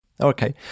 Okay